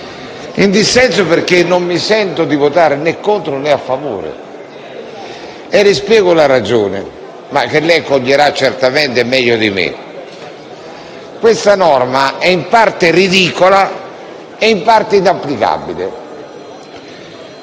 dal Gruppo perché non mi sento di votare né contro, né a favore; e ne spiego la ragione, che lei coglierà certamente meglio di me. Questa norma è in parte ridicola e in parte inapplicabile.